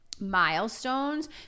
milestones